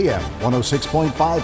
106.5